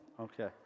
Okay